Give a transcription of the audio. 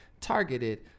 targeted